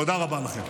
תודה רבה לכם.